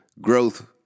growth